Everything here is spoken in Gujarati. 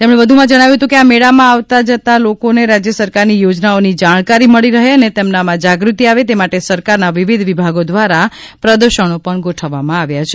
તેમણે વધુમાં જણાવ્યું હતુ કે આ મેળામાં આવતા લોકોને રાજય સરકારની યોજનાઓની જાણકારી મળી રહે અને તેમનામાં જાગૃતિ આવે તે માટે સરકારના વિવિધ વિભાગો દ્વારા અહિ પ્રદર્શનો પણ ગોઠવવામાં આવ્યા છે